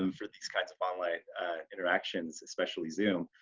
um for these kinds of online interactions, especially zoom.